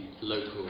local